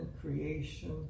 creation